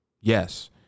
Yes